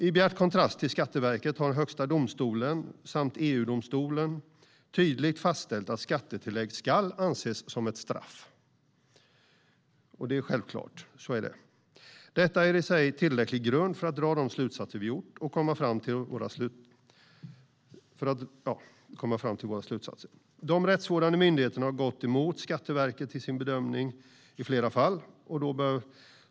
I bjärt kontrast till Skatteverket har Högsta domstolen och EU-domstolen tydligt fastställt att skattetillägg ska anses som ett straff. Det är självklart - så är det. Detta är i sig tillräcklig grund för att dra de slutsatser vi har dragit. De rättsvårdande myndigheterna har gått emot Skatteverkets bedömning i flera fall.